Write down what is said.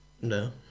No